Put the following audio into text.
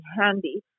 handy